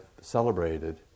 celebrated